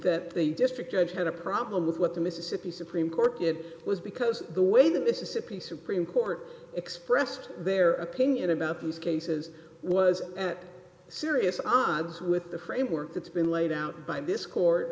that the district judge had a problem with what the mississippi supreme court did was because the way the mississippi supreme court expressed their opinion about these cases was at serious odds with the framework that's been laid out by this court